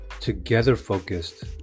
together-focused